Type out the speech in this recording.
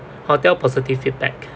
hotel positive feedback